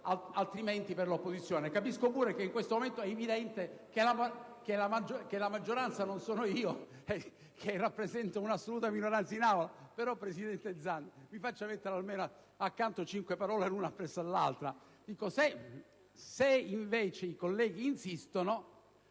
(diversamente dall'opposizione). Capisco pure che in questo momento è evidente che la maggioranza non sono io, che rappresento un'assoluta minoranza in Aula, però, presidente Zanda, mi faccia mettere in fila almeno cinque parole. Se, invece, i colleghi insistono,